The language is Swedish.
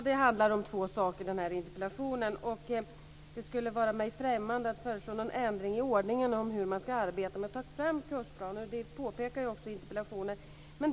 Fru talman! Ja, interpellationen handlar om två saker. Det skulle dock vara mig främmande att föreslå en ändring i ordningen när det gäller hur man ska arbeta med att ta fram kursplaner. Det påpekar jag också i interpellationen.